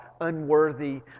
unworthy